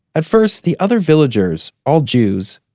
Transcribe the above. at first, the other villagers, all jews,